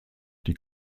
die